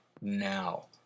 now